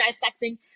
dissecting